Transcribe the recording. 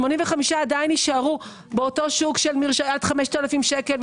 והם יישארו בשוק של עד 5,000 שקל,